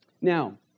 Now